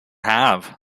have